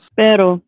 pero